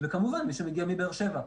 וכמובן מי שמגיע מבאר שבע.